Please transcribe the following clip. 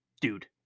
Dude